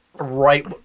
Right